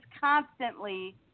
constantly